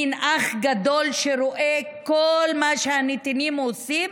מין אח גדול שרואה כל מה שהנתינים עושים,